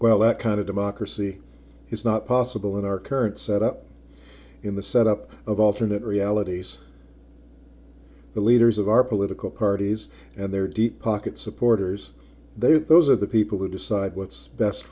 well that kind of democracy is not possible in our current set up in the set up of alternate realities the leaders of our political parties and their deep pocket supporters they are those are the people who decide what's best